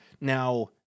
Now